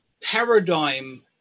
paradigm